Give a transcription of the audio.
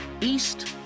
east